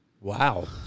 Wow